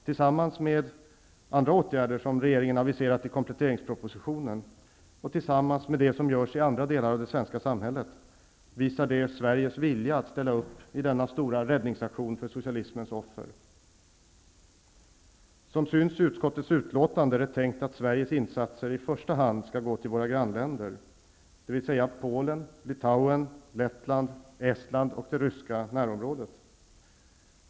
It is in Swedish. Tillsammans med andra åtgärder, som regeringen aviserat i kompletteringspropositionen, och tillsammans med det som görs i andra delar av det svenska samhället, visar det Sveriges vilja att ställa upp i denna stora räddningsaktion för socialismens offer. Som syns i utskottets betänkande, är det tänkt att Sveriges insatser i första hand skall gå till våra grannländer, dvs. Polen, Litauen, Lettland, Estland och det ryska närområdet.